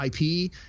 IP